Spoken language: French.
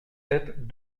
sept